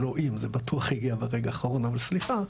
זה לא אם זה בטוח הגיע ברגע האחרון אבל סליחה,